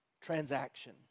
transaction